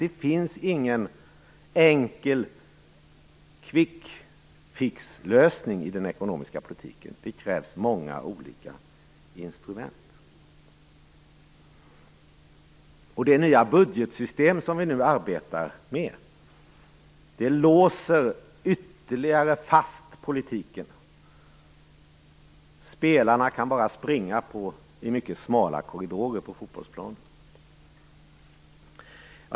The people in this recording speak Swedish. Det finns ingen enkel quick fixlösning i den ekonomiska politiken. Det krävs många olika instrument. Det nya budgetsystem som vi nu arbetar med låser fast politiken ytterligare. Spelarna kan bara springa i mycket smala korridorer på fotbollsplanen.